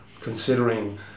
Considering